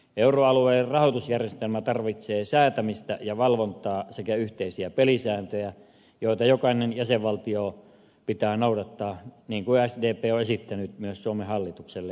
euroalueen rahoitusjärjestelmä tarvitsee säätämistä ja valvontaa sekä yhteisiä pelisääntöjä joita jokaisen jäsenvaltion pitää noudattaa niin kuin sdp on esittänyt myös suomen hallitukselle neuvotteluissa edettävän